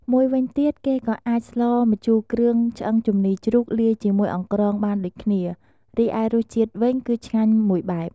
មួយវិញទៀត គេក៏អាចស្លម្ជូរគ្រឿងឆ្អឹងជំនីជ្រូកលាយជាមួយអង្រ្កងបានដូចគ្នា រីឯរសជាតិវិញគឺឆ្ងាញ់មួយបែប។